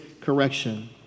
correction